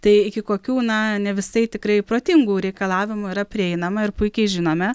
tai iki kokių na ne visai tikrai protingų reikalavimų yra prieinama ir puikiai žinome